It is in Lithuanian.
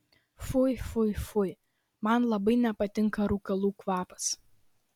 fui fui fui man labai nepatinka rūkalų kvapas